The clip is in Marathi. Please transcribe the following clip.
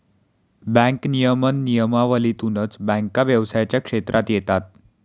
बँक नियमन नियमावलीतूनच बँका व्यवसायाच्या क्षेत्रात येतात